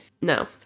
No